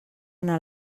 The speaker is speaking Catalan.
anar